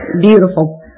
beautiful